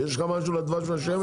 יש לך משהו על הדבש והשמן?